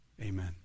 amen